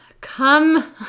Come